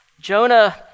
Jonah